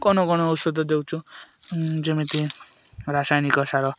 କ'ଣ କ'ଣ ଔଷଧ ଦେଉଛୁ ଯେମିତି ରାସାୟନିକ ସାର